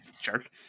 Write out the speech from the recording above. Jerk